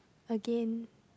again